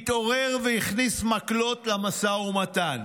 התעורר והכניס מקלות למשא ומתן: